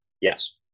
Yes